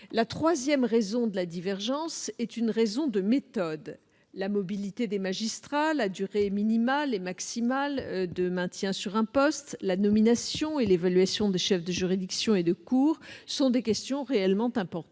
La troisième raison de notre divergence tient à la méthode. La mobilité des magistrats, la durée minimale et maximale de maintien à un poste, la nomination et l'évaluation des chefs de juridiction et de cour sont des questions réellement importantes,